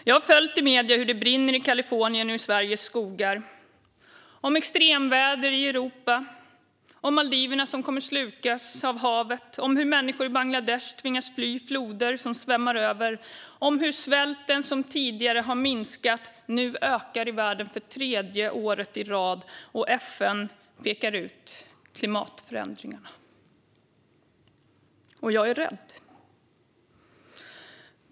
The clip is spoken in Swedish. Jag har följt i medierna hur det brinner i Kalifornien och i Sveriges skogar, om extremväder i Europa, om Maldiverna som kommer att slukas av havet, om hur människor i Bangladesh tvingas fly undan floder som svämmar över och om hur svälten, som tidigare har minskat, nu ökar i världen för tredje året i rad. FN pekar ut klimatförändringarna - och jag är rädd.